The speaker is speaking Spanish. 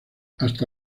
hasta